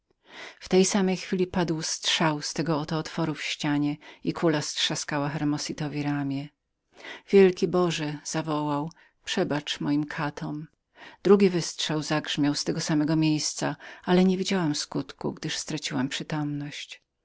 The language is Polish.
w tej chwili wystrzał dał się słyszeć z tego oto otworu w ścianie kula strzaskała hermositowi ramię wielki boże zawołał przebacz moim katom drugi wystrzał zagrzmiał z tego samego miejsca ale nie widziałam skutku gdyż straciłam przytomność